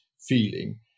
feeling